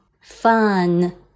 fun